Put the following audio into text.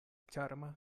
ĉarma